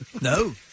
No